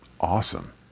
Awesome